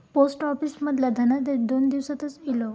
post office मधना धनादेश दोन दिवसातच इलो